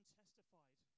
testified